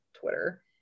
Twitter